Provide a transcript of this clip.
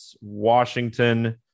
Washington